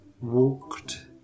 walked